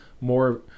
more